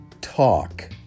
talk